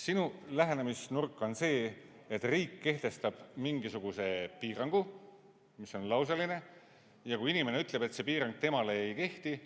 Sinu lähenemisnurk on see: riik kehtestab mingisuguse piirangu, mis on lausaline, ja kui inimene ütleb, et see piirang temale ei kehti,